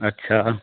अच्छा